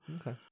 Okay